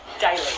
daily